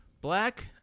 Black